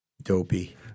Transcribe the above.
dopey